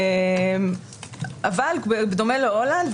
אבל בדומה להולנד,